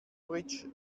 bridge